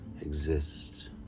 exist